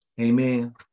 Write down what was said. Amen